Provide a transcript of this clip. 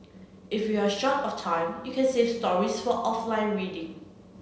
if you are short of time you can save stories for offline reading